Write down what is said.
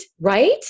right